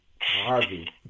Harvey